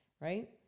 right